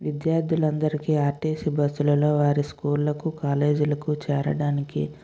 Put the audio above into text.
విద్యార్థులందరికీ RTC bus లలో వారి స్కూల్ లకు కాలేజీ లకు చేరడానికి